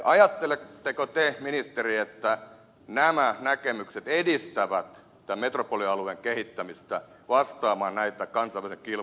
ajatteletteko te ministeri että nämä näkemykset edistävät tämän metropolialueen kehittämistä vastaamaan näitä kansainvälisen kilpailun kovenevia haasteita